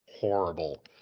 horrible